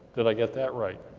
did i get that right?